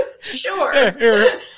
Sure